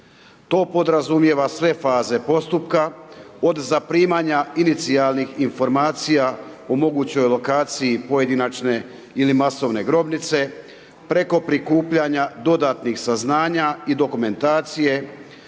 To podrazumijeva sve faze postupka, od zaprimanja inicijalnih informacija o mogućoj lokaciji pojedinačne ili masovne grobnice preko prikupljanja dodatnih saznanja i dokumentacije,